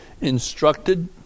instructed